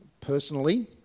Personally